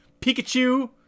Pikachu